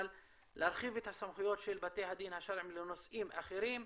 אבל להרחיב את הסמכויות של בתי הדין השרעיים לנושאים אחרים,